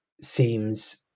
seems